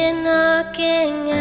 knocking